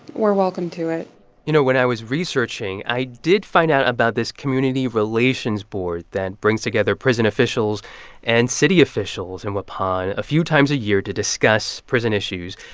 we're welcome to it you know, when i was researching, i did find out about this community relations board that brings together prison officials and city officials in waupun a few times a year to discuss prison issues.